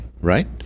right